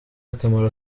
akamaro